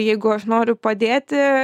jeigu aš noriu padėti